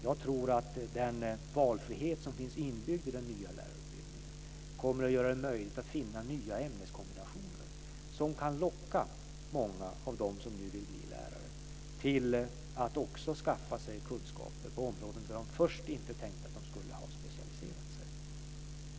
Jag tror vidare att den valfrihet som finns inbyggd i den nya lärarutbildningen kommer att göra det möjligt att finna nya ämneskombinationer som kan locka många av dem som nu vill bli lärare att också skaffa sig kunskaper på områden där de först inte tänkt att de skulle specialisera sig.